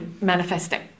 manifesting